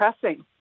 pressing